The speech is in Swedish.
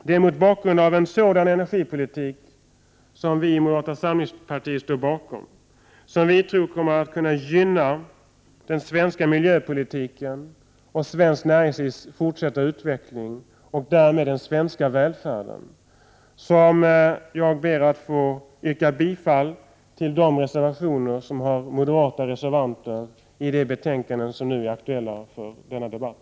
Det är mot bakgrund av en sådan energipolitik, som vi i moderata samlingspartiet står bakom och som vi tror kommer att kunna gynna den svenska miljöpolitiken och svenskt näringslivs fortsatta utveckling och därmed den svenska välfärden, som jag ber att få yrka bifall till de reservationer som moderata reservanter står bakom i de betänkanden som är aktuella för denna debatt.